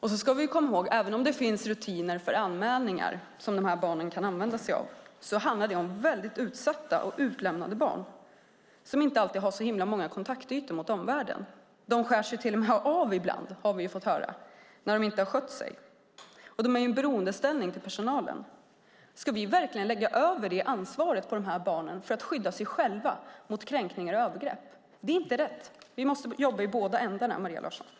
Vi ska också komma ihåg att även om det finns rutiner för anmälningar som dessa barn kan använda sig av handlar det om väldigt utsatta och utlämnade barn som inte alltid har så många kontaktytor mot omvärlden. Vi har fått höra att de till och med skärs av ibland när barnen inte har skött sig. Barnen är också i en beroendeställning i förhållande till personalen. Ska vi verkligen lägga över detta ansvar på dessa barn för att de ska skydda sig själva mot kränkningar och övergrepp? Det är inte rätt. Vi måste jobba i båda ändarna, Maria Larsson.